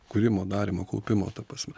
kūrimo darymo kaupimo ta prasme